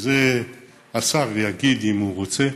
ואת זה השר יגיד אם הוא רוצה,